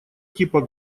типа